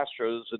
Astros